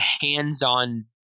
hands-on